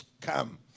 Come